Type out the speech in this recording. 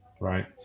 right